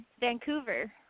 Vancouver